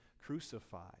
crucified